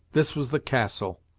this was the castle,